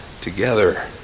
together